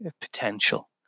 potential